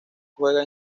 juega